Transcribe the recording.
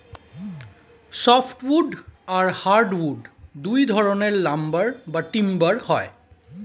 soft wood আর hard wood দুই ধরনের লাম্বার বা টিম্বার হয়